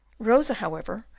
rosa, however,